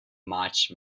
much